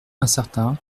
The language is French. incertain